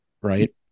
Right